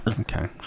okay